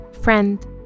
friend